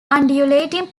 undulating